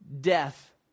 death